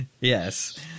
Yes